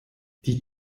die